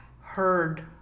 heard